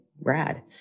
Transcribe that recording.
rad